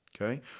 Okay